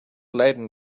lighted